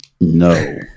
no